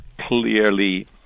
clearly